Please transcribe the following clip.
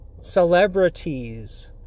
celebrities